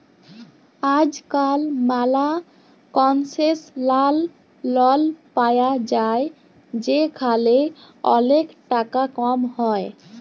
আজকাল ম্যালা concessional loan পায়া যায় যেখালে ওলেক টাকা কম হ্যয়